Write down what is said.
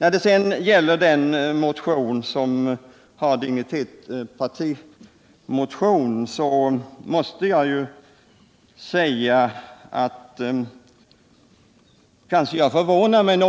När det sedan gäller den motion som har digniteten partimotion så förvånar jag mig